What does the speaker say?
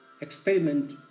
experiment